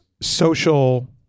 social